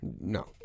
No